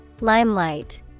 Limelight